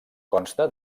consta